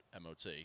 MOT